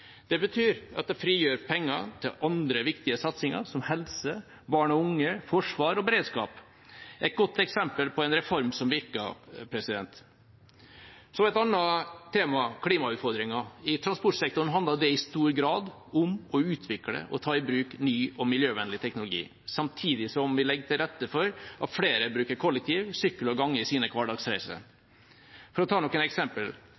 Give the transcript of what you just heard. Det betyr at det frigjøres penger til andre viktige satsinger som helse, barn og unge, forsvar og beredskap. Det er et godt eksempel på en reform som virker. Så et annet tema – klimautfordringen: I transportsektoren handler det i stor grad om å utvikle og ta i bruk ny og miljøvennlig teknologi samtidig som vi legger til rette for at flere bruker kollektiv, sykkel og gange i sine hverdagsreiser. For å ta noen